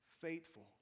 faithful